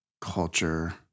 culture